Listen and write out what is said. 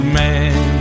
man